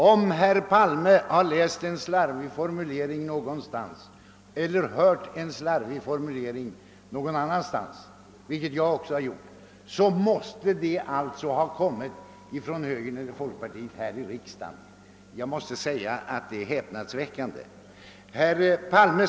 Om herr Palme har läst eller hört en slarvig formulering någonstans — vilket jag också har gjort — måste den alltså ha kommit från högern eller folkpartiet här i riksdagen. Jag måste säga att det är ett häpnadsväckande påstående!